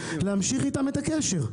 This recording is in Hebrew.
להמשיך איתם את הקשר.